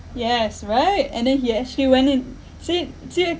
yes right and then he actually went in see see